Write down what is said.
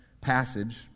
passage